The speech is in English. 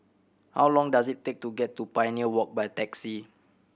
how long does it take to get to Pioneer Walk by taxi